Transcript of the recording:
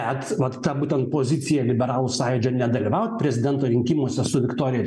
bet vat ta būtent pozicija liberalų sąjūdžio nedalyvaut prezidento rinkimuose su viktorija